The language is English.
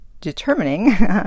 determining